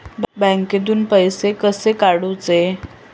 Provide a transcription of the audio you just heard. बँकेतून पैसे कसे काढूचे?